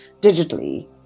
digitally